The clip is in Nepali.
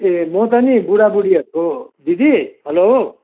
ए म त नि बुढाबुढीहरूको दिदी हेलो